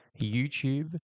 YouTube